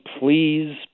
please